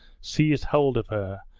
seized hold of her,